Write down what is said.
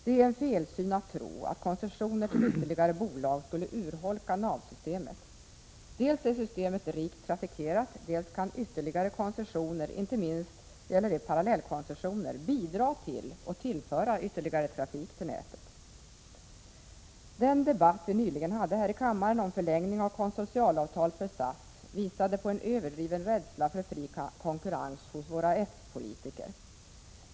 Det är en felsyn att tro, att koncessioner till ytterligare bolag skulle urholka navsystemet. Dels är systemet rikt trafikerat, dels kan ytterligare koncessioner — inte minst gäller det parallellkoncessioner — bidra till och tillföra ytterligare trafik till nätet. Den debatt vi nyligen hade här i kammaren om förlängning av konsortialavtalet för SAS visade på en överdriven rädsla för fri konkurrens hos våra s-politiker.